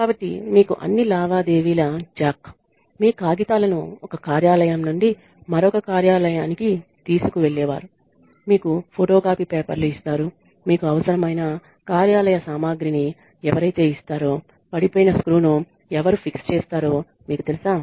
కాబట్టి మీకు అన్ని లావాదేవీల జాక్ మీ కాగితాలను ఒక కార్యాలయం నుండి మరొక కార్యాలయానికి తీసుకెళ్లేవారు మీకు ఫోటోకాపీ పేపర్లు ఇస్తారు మీకు అవసరమైన కార్యాలయ సామాగ్రిని ఎవరైతే ఇస్తారో పడిపోయిన స్క్రూను ఎవరు ఫిక్స్ చేస్తారో మీకు తెలుసా